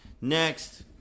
next